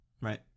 Right